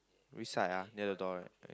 which side ah near the door right